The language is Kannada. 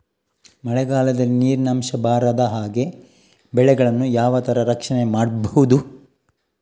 ಮಳೆಗಾಲದಲ್ಲಿ ನೀರಿನ ಅಂಶ ಬಾರದ ಹಾಗೆ ಬೆಳೆಗಳನ್ನು ಯಾವ ತರ ರಕ್ಷಣೆ ಮಾಡ್ಬಹುದು?